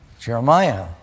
Jeremiah